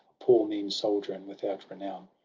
poor, mean soldier, and without renown.